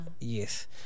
Yes